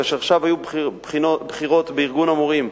כאשר עכשיו היו בחירות בארגון המורים,